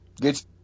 Get